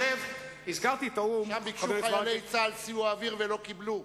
שם ביקשו חיילי צה"ל סיוע אוויר ולא קיבלו.